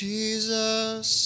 Jesus